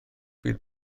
fydd